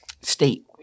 state